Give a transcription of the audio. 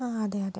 ആ അതെ അതെ